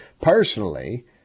personally